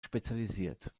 spezialisiert